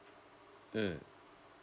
mm